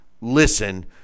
listen